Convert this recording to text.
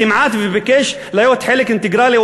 כמעט ביקש להיות חלק אינטגרלי,